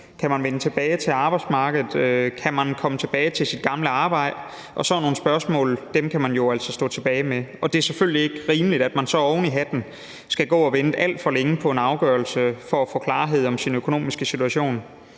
Kan man vende tilbage til arbejdsmarkedet? Kan man komme tilbage til sit gamle arbejde? Sådan nogle spørgsmål kan man jo altså stå tilbage med. Og det er jo selvfølgelig ikke rimeligt, at man så oven i hatten skal gå og vente alt for længe på en afgørelse for at få klarhed over sin økonomiske situation.